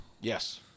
Yes